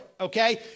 okay